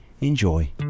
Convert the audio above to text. Enjoy